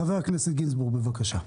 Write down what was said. חבר הכנסת גינזבורג, בבקשה.